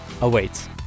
awaits